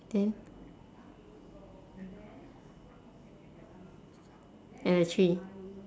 then at a tree